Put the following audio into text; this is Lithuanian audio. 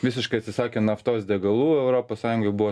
visiškai atsisakė naftos degalų europos sąjungai buvo